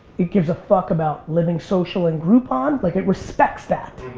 it gives a fuck about living social and groupon, like it respects that.